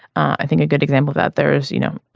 i think a good example of that there is you know